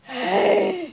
!hais!